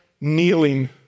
kneeling